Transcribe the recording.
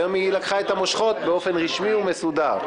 והיום היא לקחה את המושכות באופן רשמי ומסודר.